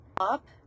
Up